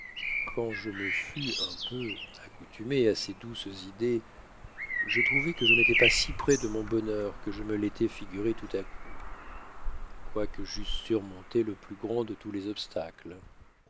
quand je me fus un peu accoutumé à ces douces idées je trouvai que je n'étois pas si près de mon bonheur que je me l'étois figuré tout à coup quoique j'eusse surmonté le plus grand de tous les obstacles